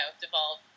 devolve